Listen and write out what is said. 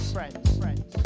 Friends